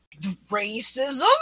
racism